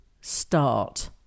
start